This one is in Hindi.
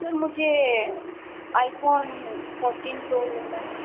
सर मुझे आईफ़ोन फोर्टीन प्रो लेना था